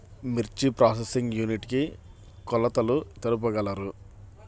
మిర్చి processing unit కి కొలతలు తెలుపగలరు?